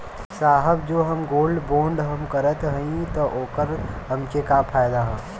साहब जो हम गोल्ड बोंड हम करत हई त ओकर हमके का फायदा ह?